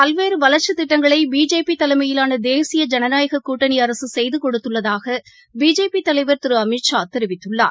பல்வேறுவளர்ச்சித் திட்டங்களைபிஜேபிதலைமையிலானதேசிய தமிழகத்தில் ஜனநாயககூட்டணிஅரசுசெய்துகொடுத்துள்ளதாகபிஜேபிதலைவர் திருஅமித் ஷா தெரிவித்துள்ளார்